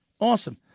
awesome